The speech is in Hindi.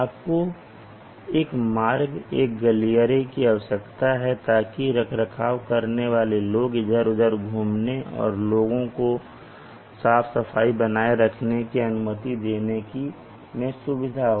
आपको यहां एक मार्ग एक गलियारे की आवश्यकता है ताकि रखरखाव करने वाले लोगों को इधर उधर घूमने और लोगों को साफ सफाई बनाए रखने की अनुमति देने मैं सुविधा हो